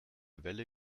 wälle